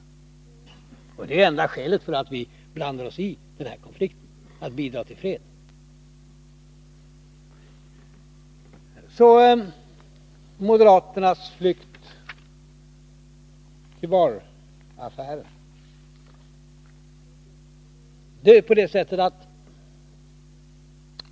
Viljan att bidra till fred är enda skälet till att vi blandar oss i den här konflikten. Så till moderaternas flykt till Bahr-affären.